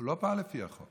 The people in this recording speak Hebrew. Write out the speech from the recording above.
הוא לא פעל לפי החוק.